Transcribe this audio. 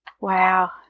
wow